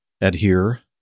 adhere